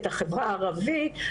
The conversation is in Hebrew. את החברה הערבית,